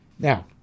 Now